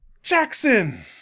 Jackson